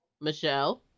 Michelle